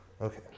Okay